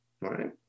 right